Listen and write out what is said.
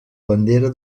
bandera